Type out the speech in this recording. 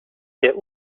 der